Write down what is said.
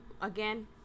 again